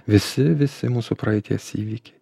visi visi mūsų praeities įvykiai